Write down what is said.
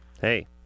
Hey